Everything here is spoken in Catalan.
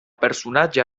personatge